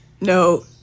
no